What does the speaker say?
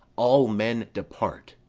all men depart.